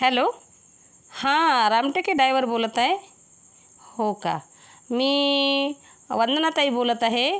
hello हां Ramteke driver बोलत आहे हो का मी वंदनाताई बोलत आहे